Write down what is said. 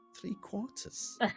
Three-quarters